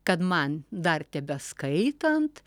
kad man dar tebeskaitant